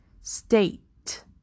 state